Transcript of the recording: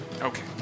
Okay